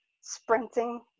sprinting